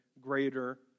greater